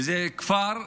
וזה כפר,